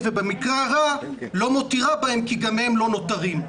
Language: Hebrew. ובמקרה הרע לא מותירה בהם כי גם הם לא נותרים.